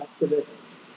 activists